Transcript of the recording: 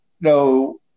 no